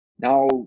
Now